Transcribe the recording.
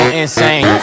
insane